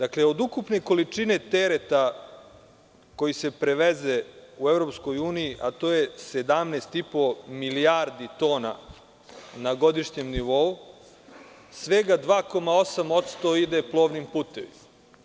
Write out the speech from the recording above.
Od ukupne količine tereta koji se preveze u EU, a to je 17,5 milijardi tona na godišnjem nivou, svega 2,8% ide plovnim putevima.